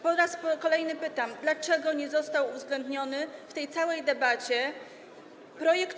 Po raz kolejny pytam: Dlaczego nie został uwzględniony w tej całej debacie projekt